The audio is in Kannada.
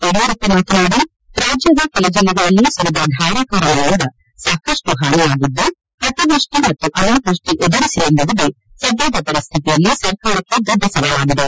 ಯಡಿಯೂರಪ್ಪ ಮಾತನಾಡಿ ರಾಜ್ಯದ ಕೆಲ ಜೆಲ್ಲೆಗಳಲ್ಲಿ ಸುರಿದ ಧಾರಾಕಾರ ಮಳೆಯಿಂದ ಸಾಕಷ್ಟು ಹಾನಿಯಾಗಿದ್ದು ಅತಿವ್ಬಷ್ಲಿ ಮತ್ತು ಅನಾವೃಷ್ಟಿ ಎದುರಿಸಿ ನಿಲ್ಲುವುದೇ ಸದ್ಯದ ಪರಿಸ್ಹಿತಿಯಲ್ಲಿ ಸರ್ಕಾರಕ್ಕೆ ದೊಡ್ಡ ಸವಾಲಾಗಿದೆ